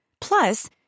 Plus